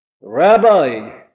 Rabbi